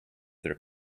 their